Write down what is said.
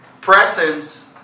presence